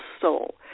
soul